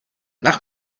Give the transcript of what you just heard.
nach